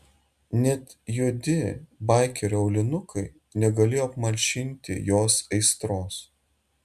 net juodi baikerio aulinukai negalėjo apmalšinti jos aistros